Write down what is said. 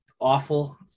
awful